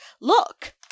Look